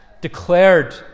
declared